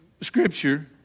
Scripture